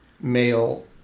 male